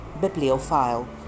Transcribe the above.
Bibliophile